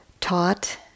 taught